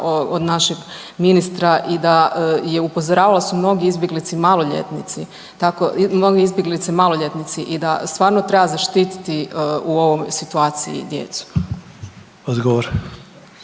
od našeg ministra i da je upozoravala da su mnogi izbjeglice maloljetnici tako, mnoge izbjeglice maloljetnici i da stvarno treba zaštiti u ovoj situaciji djecu.